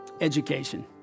education